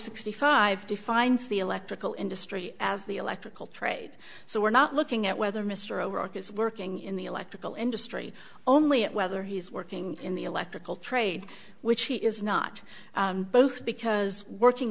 sixty five defines the electrical industry as the electrical trade so we're not looking at whether mr o'rourke is working in the electrical industry only at whether he is working in the electrical trade which he is not both because working